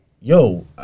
yo